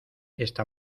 esta